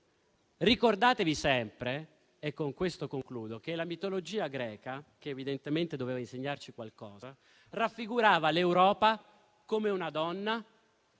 Ricordatevi sempre - e con questo concludo - che la mitologia greca, che evidentemente dovrebbe insegnarci qualcosa, raffigurava l'Europa come una donna